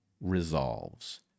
resolves